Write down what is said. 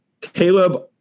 Caleb